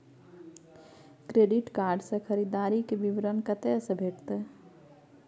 Credit card से खरीददारी के विवरण कत्ते से भेटतै?